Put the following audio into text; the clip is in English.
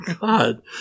God